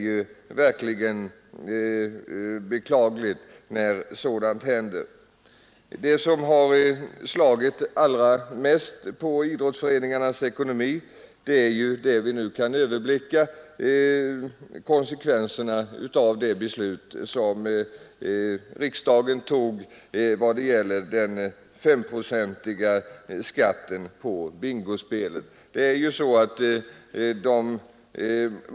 Det är verkligen mycket beklagligt när sådant händer. Enligt vad vi nu kan överblicka är det som har slagit starkast på idrottsföreningarnas ekonomi konsekvenserna av det beslut som riksdagen tog om den S-procentiga skatten på bingospel.